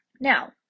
Now